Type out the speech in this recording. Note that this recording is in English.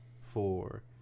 four